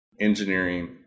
engineering